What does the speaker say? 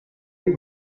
you